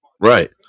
right